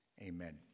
amen